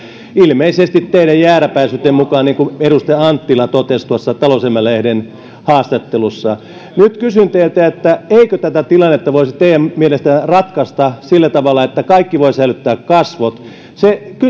ilmeisesti teidän jääräpäisyytenne takia kuten edustaja anttila totesi talouselämä lehden haastattelussa nyt kysyn teiltä eikö tätä tilannetta voisi teidän mielestänne ratkaista sillä tavalla että kaikki voivat säilyttää kasvonsa se